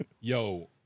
Yo